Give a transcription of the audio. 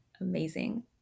Amazing